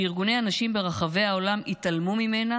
שארגוני הנשים ברחבי העולם התעלמו ממנה